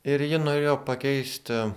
ir ji norėjo pakeisti